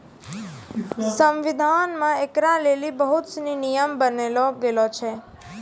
संविधान मे ऐकरा लेली बहुत सनी नियम बनैलो गेलो छै